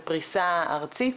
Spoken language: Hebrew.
בפריסה ארצית,